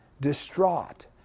distraught